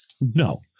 No